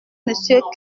monsieur